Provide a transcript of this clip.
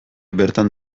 bertan